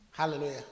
Hallelujah